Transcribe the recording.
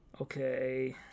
Okay